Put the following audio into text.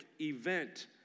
event